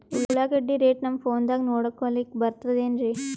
ಉಳ್ಳಾಗಡ್ಡಿ ರೇಟ್ ನಮ್ ಫೋನದಾಗ ನೋಡಕೊಲಿಕ ಬರತದೆನ್ರಿ?